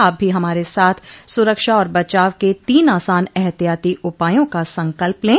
आप भी हमारे साथ सुरक्षा और बचाव के तीन आसान एहतियाती उपायों का संकल्प लें